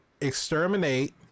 exterminate